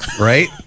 right